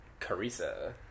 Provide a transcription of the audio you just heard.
Carissa